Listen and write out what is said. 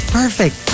perfect